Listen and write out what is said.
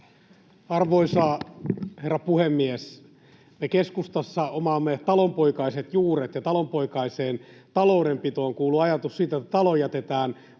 Arvoisa herra puhemies! Me keskustassa omaamme talonpoikaiset juuret, ja talonpoikaiseen taloudenpitoon kuuluu ajatus siitä, että talo jätetään